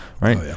right